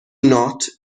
not